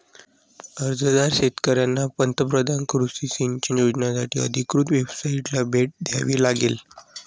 अर्जदार शेतकऱ्यांना पंतप्रधान कृषी सिंचन योजनासाठी अधिकृत वेबसाइटला भेट द्यावी लागेल